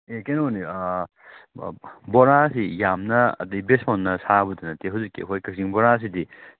ꯑꯦ ꯀꯩꯅꯣꯅꯦ ꯕꯣꯔꯥꯁꯤ ꯌꯥꯝꯅ ꯑꯗꯩ ꯕꯦꯁꯣꯟꯅ ꯁꯥꯕꯗꯨ ꯅꯠꯇꯦ ꯍꯧꯖꯤꯛꯀꯤ ꯑꯩꯈꯣꯏ ꯀꯥꯛꯆꯤꯡ ꯕꯣꯔꯥꯁꯤꯗꯤ